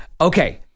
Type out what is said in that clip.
Okay